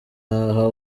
aha